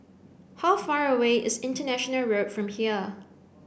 how far away is International Road from here